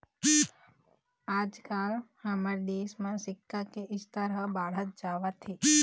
आजकाल हमर देश म सिक्छा के स्तर ह बाढ़त जावत हे